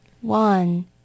One